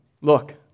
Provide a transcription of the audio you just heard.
Look